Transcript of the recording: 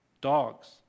dogs